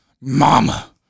Mama